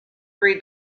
read